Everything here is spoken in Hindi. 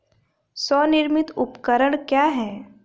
स्वनिर्मित उपकरण क्या है?